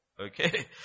Okay